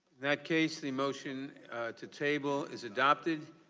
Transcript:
that case the motion to table is adopted.